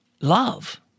Love